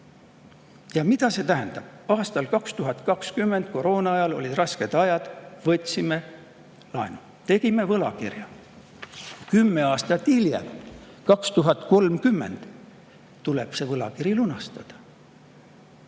Mida see tähendab? Aastal 2020, koroonaajal, olid rasked ajad, võtsime laenu, tegime võlakirja. Kümme aastat hiljem, 2030, tuleb see võlakiri lunastada.